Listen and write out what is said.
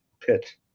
pit